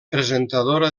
presentadora